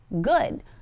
good